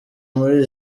muri